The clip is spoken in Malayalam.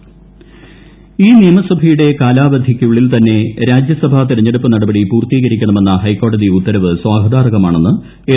എഫ് കൺവീനർ ഈ നിയമസഭയുടെ കാലാവധിക്കുള്ളിൽ തന്നെ രാജ്യസഭാ തെരഞ്ഞെടുപ്പ് നടപടി പൂർത്തീകരിക്കണമെന്ന ഹൈക്കോടതി ഉത്തരവ് സ്വാഗതാർഹമാണെന്ന് എൽ